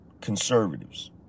conservatives